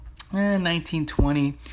1920